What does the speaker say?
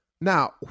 Now